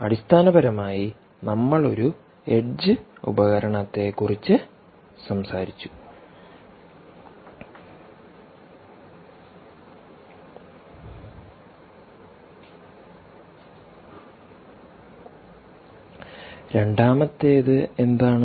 അടിസ്ഥാനപരമായി നമ്മൾ ഒരു എഡ്ജ് ഉപകരണത്തെക്കുറിച്ച് സംസാരിച്ചു രണ്ടാമത്തേത് എന്താണ്